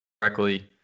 correctly